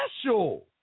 special